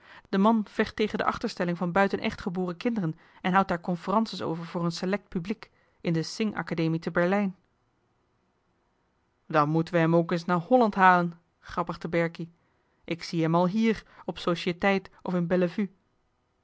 de man vecht tegen de achterstelling van buiten echt geboren kinderen en houdt daar conférences over voor een select publiek in de sing akademie te berlijn dan moeten we hem ook es naar holland halenl grappigde berkie ik zie hem al hier op societeit of in